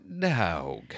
dog